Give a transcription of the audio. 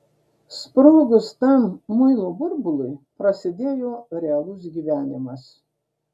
sprogus tam muilo burbului prasidėjo realus gyvenimas